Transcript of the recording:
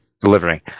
delivering